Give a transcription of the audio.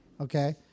Okay